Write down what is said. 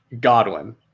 Godwin